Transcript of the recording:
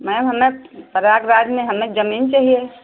ma'am हमें प्रयागराज में हमें जमीन चाहिए